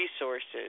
resources